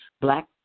black